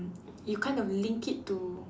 you kind of link it to